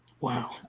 Wow